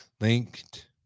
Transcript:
linked